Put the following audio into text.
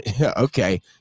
Okay